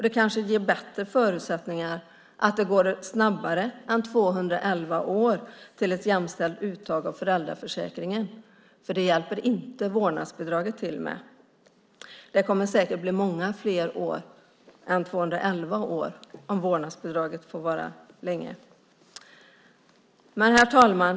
Det kanske ger bättre förutsättningar för att det ska gå snabbare än 211 år till ett jämställt uttag av föräldraförsäkringen. Det hjälper inte vårdnadsbidraget till med. Det kommer säkert att bli många fler år än 211 år om vårdnadsbidraget får finnas länge. Herr talman!